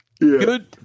Good